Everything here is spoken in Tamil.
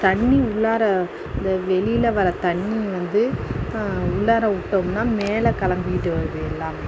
தண்ணி உள்ளார அந்த வெளியில் வர தண்ணி வந்து உள்ளார விட்டோம்னா மேலே கிளம்பிக்கிட்டு வருது எல்லாமே